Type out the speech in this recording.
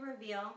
reveal